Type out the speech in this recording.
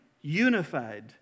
unified